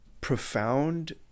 profound